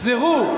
תחזרו.